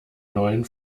neuen